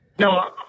No